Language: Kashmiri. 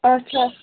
اَچھا